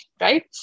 right